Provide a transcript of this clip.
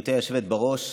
גברתי היושבת בראש,